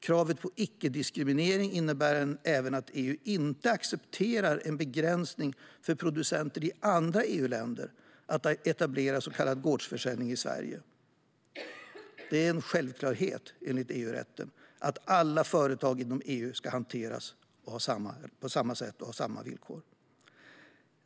Kravet på icke-diskriminering innebär även att EU inte accepterar en begränsning för producenter i andra EU-länder att etablera så kallad gårdsförsäljning i Sverige. Det är en självklarhet enligt EU-rätten att alla företag inom EU ska hanteras på samma sätt och ha samma villkor.